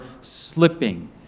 slipping